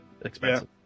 expensive